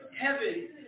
heaven